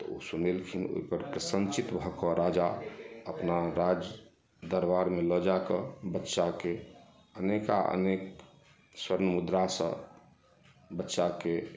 तऽ ओ सुनेलखिन ओहिपर प्रसन्नचित भऽ कऽ राजा अपना राज दरबारमे लऽ जाकऽ बच्चाके अनेका अनेक स्वर्ण मुद्रासँ बच्चाके